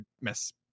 mess